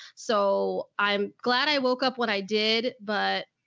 so i'm glad i woke up when i did, but.